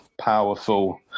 powerful